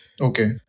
Okay